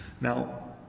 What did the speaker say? Now